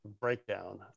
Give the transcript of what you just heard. breakdown